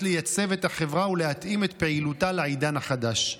לייצב את החברה ולהתאים את פעילותה לעידן החדש.